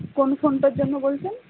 কোন ফোনটার জন্য বলছেন